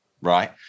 right